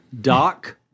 Doc